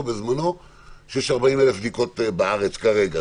בזמנו שיש 40,000 בדיקות בארץ כרגע.